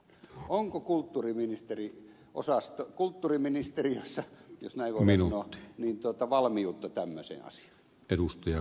onko kulttuuriministeriössä jos näin voidaan sanoa valmiutta tämmöiseen asiaan